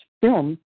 film